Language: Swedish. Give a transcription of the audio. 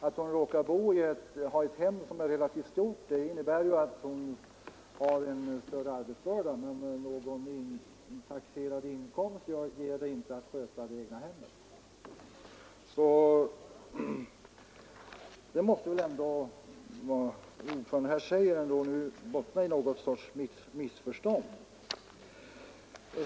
Att hon råkar ha ett hem som är relativt stort innebär bara att hon har en större arbetsbörda, men någon taxerad inkomst ger inte skötseln av det egna hemmet. Här måste det väl ändå, som utskottsordföranden säger, föreligga någon sorts missförstånd.